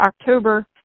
October